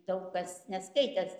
daug kas neskaitęs